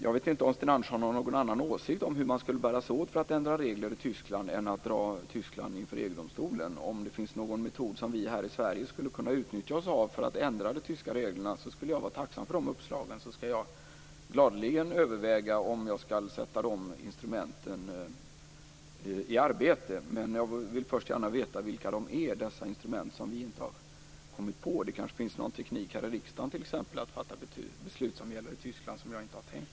Jag vet inte om Sten Andersson har någon annan åsikt om hur man skulle bära sig åt för att ändra regler i Tyskland än att dra Tyskland inför EG domstolen. Om det finns någon metod som vi här i Sverige skulle kunna utnyttja för att ändra de tyska reglerna skulle jag vara tacksam för sådana uppslag. Då skall jag gladeligen överväga om jag skall sätta de instrumenten i arbete. Först vill jag dock gärna veta vilka de är, dessa instrument som vi inte har kommit på. Kanske det finns någon teknik här i riksdagen att fatta beslut som gäller i Tyskland som jag inte har tänkt på.